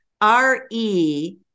R-E